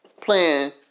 playing